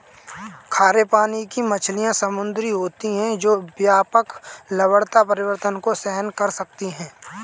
खारे पानी की मछलियाँ समुद्री होती हैं जो व्यापक लवणता परिवर्तन को सहन कर सकती हैं